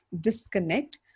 disconnect